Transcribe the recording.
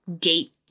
gate